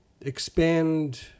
expand